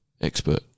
expert